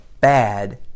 bad